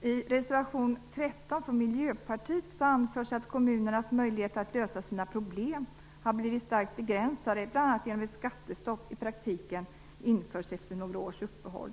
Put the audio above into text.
I reservation nr 13, från Miljöpartiet, anförs att kommunernas möjligheter att lösa sina problem har blivit starkt begränsade, bl.a. genom att ett skattestopp i praktiken införts efter några års uppehåll.